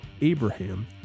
Abraham